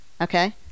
Okay